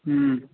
हम्म